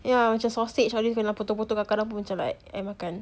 ya macam sausage all this kena potong potong kadang kadang pun I macam makan